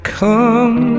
come